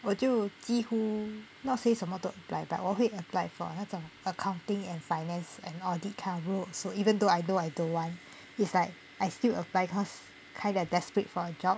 我就几乎 not say 什么都 apply but 我会 apply for 那种 accounting and finance and audit kind of role also even though I know I don't want it's like I still apply cause kind of desperate for a job